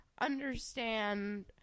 understand